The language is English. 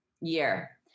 year